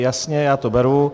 Jasně, já to beru.